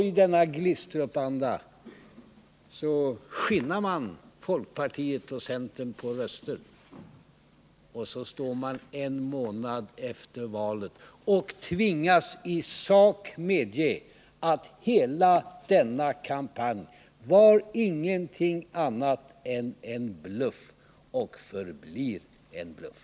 I denna Glistrupanda skinnar man folkpartiet och centern på röster, men en månad efter valet tvingas man i sak att medge att hela denna kampanj inte var något annat än en bluff och att den förblir en bluff.